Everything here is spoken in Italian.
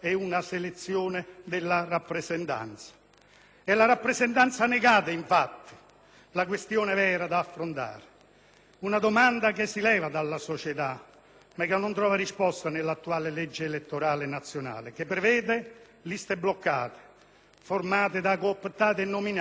la questione vera da affrontare, una domanda che si leva dalla società ma che non trova risposta nell'attuale legge elettorale nazionale, che prevede liste bloccate formate da cooptati e che, dunque, creano dannose rendite di posizione.